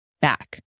back